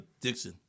Dixon